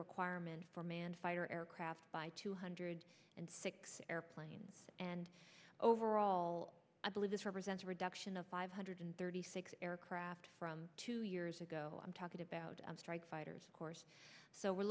requirement fighter aircraft by two hundred and sixty airplanes and overall i believe this represents a reduction of five hundred thirty six aircraft from two years ago i'm talking about strike fighters course so we're